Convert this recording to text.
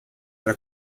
para